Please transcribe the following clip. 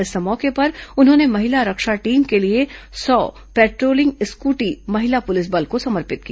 इस मौके पर उन्होंने महिला रक्षा टीम के लिए सौ पेट्रोलिंग स्कूटी महिला पुलिस बल को समर्पित की